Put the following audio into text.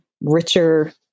richer